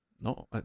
No